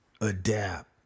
Adapt